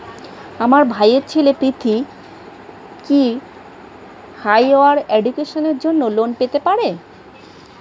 আমার ভাইয়ের ছেলে পৃথ্বী, কি হাইয়ার এডুকেশনের জন্য লোন পেতে পারে?